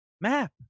map